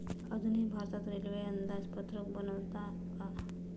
अजूनही भारतात रेल्वे अंदाजपत्रक बनवतात का?